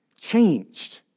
changed